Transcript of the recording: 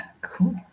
cool